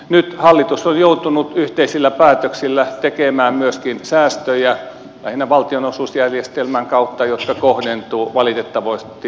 nyt hallitus on joutunut yhteisillä päätöksillä tekemään myöskin säästöjä lähinnä valtionosuusjärjestelmän kautta ja ne kohdentuvat valitettavasti myös peruskouluun